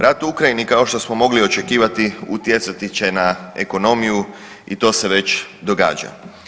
Rat u Ukrajini kao što smo mogli očekivati utjecati će na ekonomiju i to se već događa.